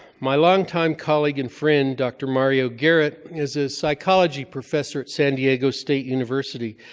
my long-time colleague and friend, dr. mario garrett, is a psychology professor at san diego state university.